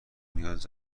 نیاز